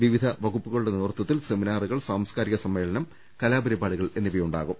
വിവിധ വകുപ്പുകളുടെ നേതൃ ത്വത്തിൽ സെമിനാറുകൾ സാംസ്കാരിക സമ്മേളനം കലാപരി പാടികൾ എന്നിവയുമുണ്ടാകും